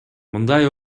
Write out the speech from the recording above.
мындай